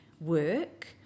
work